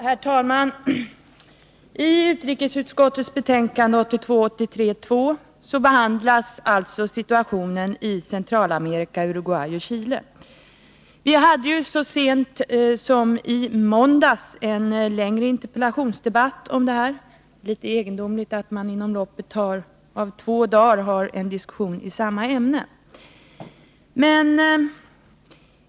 Herr talman! I utrikesutskottets betänkande 1982/83:2 behandlas alltså situationen i Centralamerika, Uruguay och Chile. Vi hade så sent som i måndags en längre interpellationsdebatt om detta. Det är litet egendomligt att man inom loppet av tre dagar har två diskussioner i samma ämne.